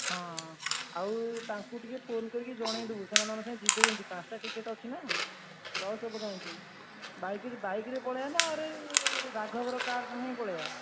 ହଁ ଆଉ ତାଙ୍କୁ ଟିକେ ଫୋନ୍ କରିକି ଜଣାଇ ଦେବୁ ସେମାନେ ଆମ ସହିତ ଯିବେ ଯେମିତି ପାଞ୍ଚଟା ଟିକେଟ୍ ଅଛି ନା ଲସ୍ ହେବ କାହିଁକି ବାଇକ୍ର ବାଇକ୍ରେ ପଳାଇବା ନା ଆରେ ରାଘବର କାର୍ଟା ନେଇ ପଳାଇବା